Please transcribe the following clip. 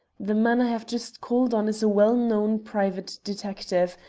the man i have just called on is a well-known private detective,